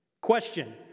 Question